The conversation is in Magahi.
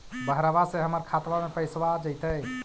बहरबा से हमर खातबा में पैसाबा आ जैतय?